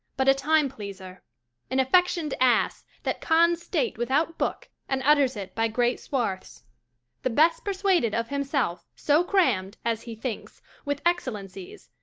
but a time-pleaser an affection'd ass, that cons state without book, and utters it by great swarths the best persuaded of himself, so cramm'd, as he thinks, with excellencies,